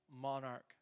monarch